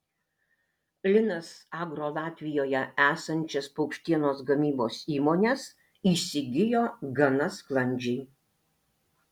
linas agro latvijoje esančias paukštienos gamybos įmones įsigijo gana sklandžiai